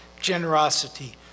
generosity